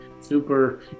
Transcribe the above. super